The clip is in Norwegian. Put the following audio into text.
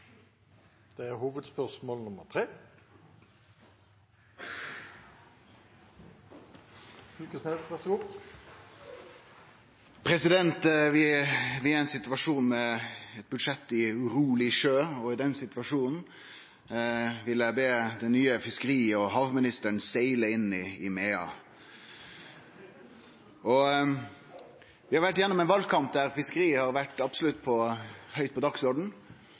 ein situasjon med eit budsjett i uroleg sjø, og i den situasjonen vil eg be den nye fiskeri- og havministeren om å segle inn i méda. Vi har vore gjennom ein valkamp der fiskeri absolutt har vore høgt på